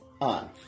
on